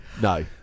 No